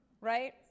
Right